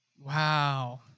Wow